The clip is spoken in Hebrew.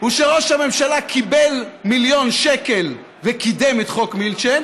הוא שראש הממשלה קיבל מיליון שקל וקידם את חוק מילצ'ן